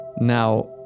Now